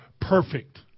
perfect